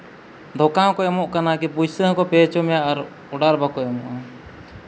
ᱫᱷᱳᱠᱟ ᱦᱚᱸᱠᱚ ᱮᱢᱚᱜ ᱠᱟᱱᱟ ᱠᱤ ᱯᱩᱭᱥᱟᱹ ᱦᱚᱸᱠᱚ ᱯᱮ ᱦᱚᱪᱚ ᱢᱮᱭᱟ ᱟᱨ ᱚᱰᱟᱨ ᱵᱟᱠᱚ ᱮᱢᱚᱜᱼᱟ